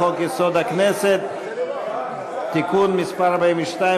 של חברי הכנסת רויטל סויד,